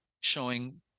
showing